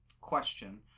question